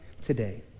today